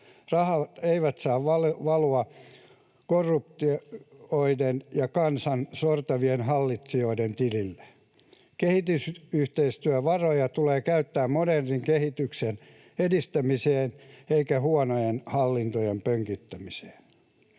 Rahat eivät saa valua korruptoituneiden ja kansaa sortavien hallitsijoiden tileille. Kehitysyhteistyövaroja tulee käyttää modernin kehityksen edistämiseen eikä huonojen hallintojen pönkittämiseen.